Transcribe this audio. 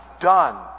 done